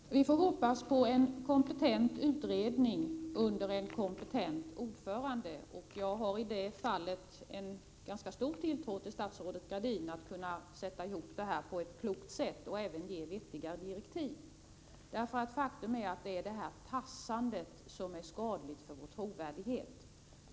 Herr talman! Vi får hoppas på en kompetent utredning under en kompetent ordförande, och jag har i det fallet en ganska stor tilltro till att statsrådet Gradin kan sätta ihop utredningen på ett klokt sätt och även ge riktiga direktiv. Faktum är att det är det här tassandet som är skadligt för vår trovärdighet.